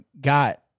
got